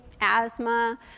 asthma